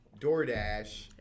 DoorDash